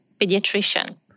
pediatrician